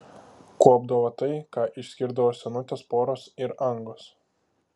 kuopdavo tai ką išskirdavo senutės poros ir angos